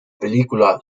película